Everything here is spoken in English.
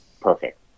perfect